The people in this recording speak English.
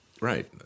Right